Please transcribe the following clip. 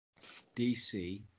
DC